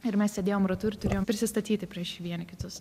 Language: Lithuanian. ir mes sėdėjom ratu ir turėjom prisistatyti prieš vieni kitus